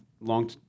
long